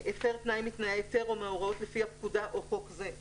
"הפר תנאי מתנאי היתר או מהוראות לפי הפקודה או חוק זה".